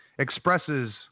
expresses